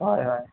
হয় হয়